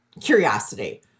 curiosity